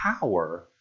power